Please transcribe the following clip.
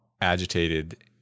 agitated